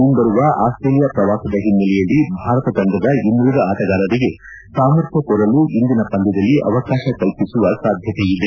ಮುಂಬರುವ ಆಸ್ವೇಲಿಯಾ ಪ್ರವಾಸದ ಹಿನ್ನೆಲೆಯಲ್ಲಿ ಭಾರತ ತಂಡ ಇನ್ನುಳಿದ ಆಟಗಾರರಿಗೆ ಸಾಮರ್ಥ್ವ ತೋರಲು ಇಂದಿನ ಪಂದ್ಯದಲ್ಲಿ ಅವಕಾಶ ಕಲ್ಪಿಸುವ ಸಾಧ್ವತೆಯಿದೆ